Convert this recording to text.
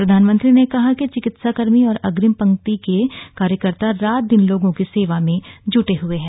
प्रधानमंत्री ने कहा कि चिकित्सा कर्मी और अग्रिम पंक्ति के कार्यकर्ता रात दिन लोगों की सेवा में जुटे हैं